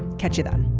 catch you then